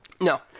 No